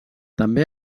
també